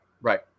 right